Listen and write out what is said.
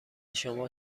شما